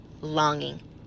longing